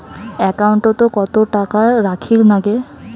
একাউন্টত কত টাকা রাখীর নাগে?